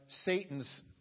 Satan's